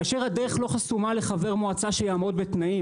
כאשר הדרך לא חסומה לחבר מועצה שיעמוד בתנאים,